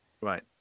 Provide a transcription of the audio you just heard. Right